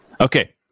Okay